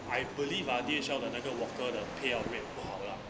I believe ah D_H_L 的那个 walker 的 payout rate 不好 lah